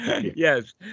Yes